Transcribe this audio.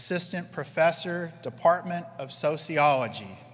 assistant professor, department of sociology.